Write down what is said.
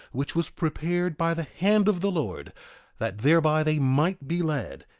which was prepared by the hand of the lord that thereby they might be led,